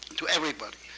to everybody.